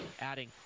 Adding